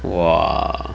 !wah!